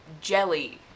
jelly